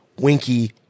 winky